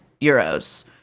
euros